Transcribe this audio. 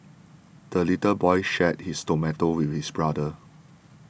the little boy shared his tomato with his brother